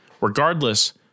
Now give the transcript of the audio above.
regardless